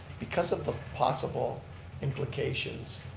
because of the possible implications,